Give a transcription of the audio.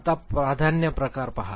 आता प्राधान्य प्रकार पहा